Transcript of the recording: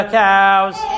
cows